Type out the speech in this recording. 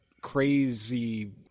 crazy